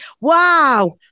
Wow